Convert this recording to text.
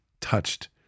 touched